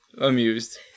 amused